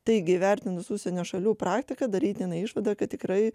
taigi įvertinus užsienio šalių praktiką darytina išvada kad tikrai